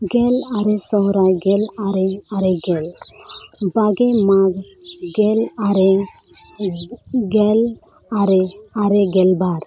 ᱜᱮᱞ ᱟᱨᱮ ᱥᱚᱦᱚᱨᱟᱭ ᱜᱮᱞ ᱟᱨᱮ ᱟᱨᱮ ᱜᱮᱞ ᱵᱟᱜᱮ ᱢᱟᱜᱽ ᱜᱮᱞ ᱟᱨᱮ ᱜᱮᱞ ᱟᱨᱮ ᱟᱨᱮ ᱜᱮᱞᱵᱟᱨ